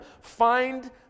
Find